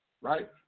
right